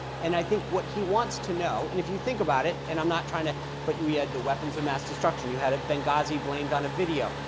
and i think what he wants to know and if you think about it and i'm not trying to but we had the weapons of mass destruction, you had a benghazi blamed on a video.